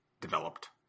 developed